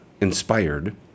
inspired